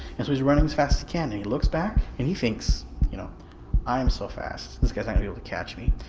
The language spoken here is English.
and so he's running as fast as can and he looks back and he thinks you know i'm so fast this guy's not able to catch me,